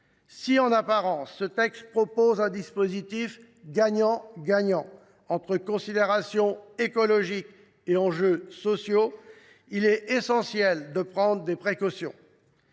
Si, en apparence, ce texte propose un dispositif gagnant gagnant, entre considérations écologiques et enjeux sociaux, il est essentiel de prendre des précautions.